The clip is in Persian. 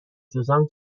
جذام